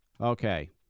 Okay